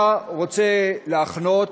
אתה רוצה להחנות,